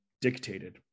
dictated